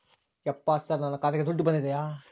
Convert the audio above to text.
ಯಪ್ಪ ಸರ್ ನನ್ನ ಖಾತೆಗೆ ದುಡ್ಡು ಬಂದಿದೆಯ?